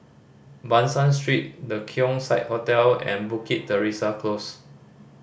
Ban San Street The Keong Saik Hotel and Bukit Teresa Close